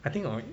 I think hor